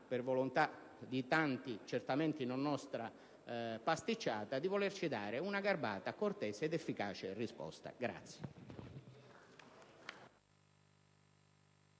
per volontà di tanti, certamente non nostra, pasticciata), di volerci dare una garbata, cortese ed efficace risposta.